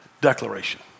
declaration